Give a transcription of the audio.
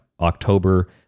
October